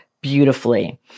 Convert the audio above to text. beautifully